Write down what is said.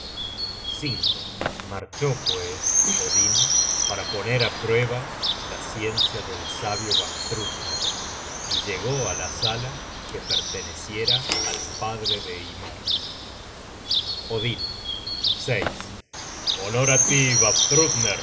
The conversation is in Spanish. marchó pues odin para poner á prueba la ciencia del sabio vafthrudner y llegó á la sala que perteneciera al padre de ymer odin honor á tí